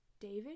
david